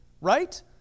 right